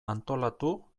antolatu